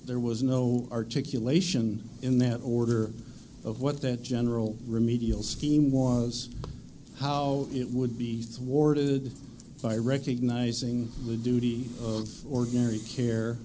there was no articulation in that order of what that general remedial scheme was how it would be swore to by recognising the duty ordinary care